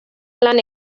lan